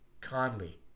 Conley